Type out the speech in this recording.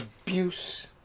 abuse